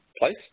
place